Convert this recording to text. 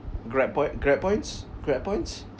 Grab point Grab points Grab points